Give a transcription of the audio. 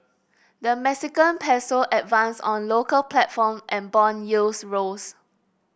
the Mexican peso advanced on local platform and bond yields rose